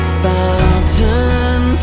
fountain